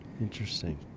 Interesting